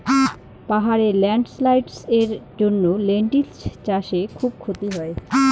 পাহাড়ে ল্যান্ডস্লাইডস্ এর জন্য লেনটিল্স চাষে খুব ক্ষতি হয়